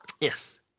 yes